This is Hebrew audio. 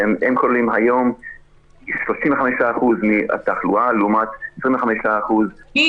שהם כוללים היום 35% מן התחלואה לעומת 25% בגל הקודם.